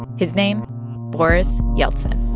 his name boris yeltsin